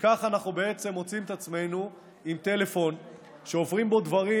וככה אנחנו בעצם מוצאים את עצמנו עם טלפון שעוברים בו דברים,